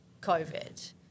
COVID